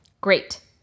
Great